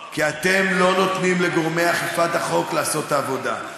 כי אתם לא נותנים לגורמי אכיפת החוק לעשות את העבודה.